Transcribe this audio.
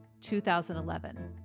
2011